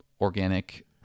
organic